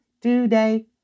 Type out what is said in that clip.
today